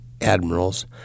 admirals